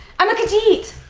i'm a khajiit.